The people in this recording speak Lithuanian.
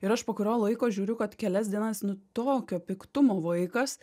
ir aš po kurio laiko žiūriu kad kelias dienas nu tokio piktumo vaikas